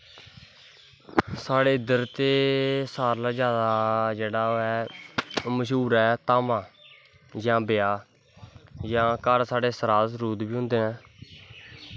साढ़े इद्धर ते सारें कोला दा जैदा जेह्ड़ा ऐ मश्हूर ऐ धामां जां ब्याह् जां घर साढ़े सराद सरूद बी होंदे न